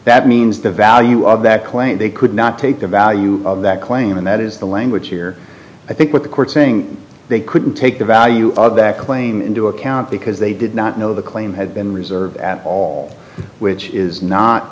that means the value of that claim they could not take the value of that claim and that is the language here i think with the court saying they couldn't take the value of that claim into account because they did not know the claim had been reserve at all which is not